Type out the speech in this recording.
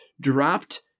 dropped